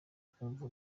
ukumva